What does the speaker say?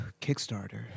Kickstarter